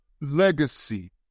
legacy